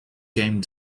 came